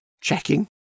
checking